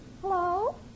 Hello